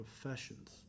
professions